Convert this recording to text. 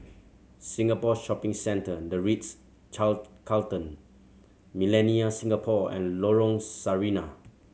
Singapore Shopping Centre The Ritz Carlton Millenia Singapore and Lorong Sarina